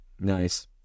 Nice